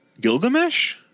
Gilgamesh